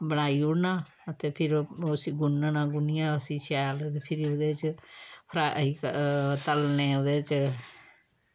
बनाई ओड़ना ते फिर उस्सी गुनन्ना गुन्नियै उस्सी शैल ते फिरी उ'दे च फ्राई तलने ओह्दे च